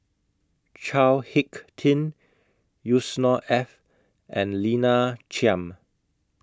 Chao Hick Tin Yusnor Ef and Lina Chiam